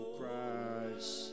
Christ